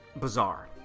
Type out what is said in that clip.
bizarre